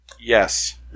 Yes